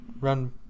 run